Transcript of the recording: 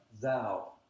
thou